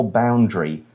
boundary